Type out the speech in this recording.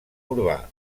urbà